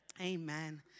Amen